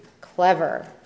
clever